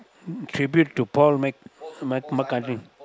tribute to Paul-Mc~ McCartney